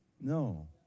No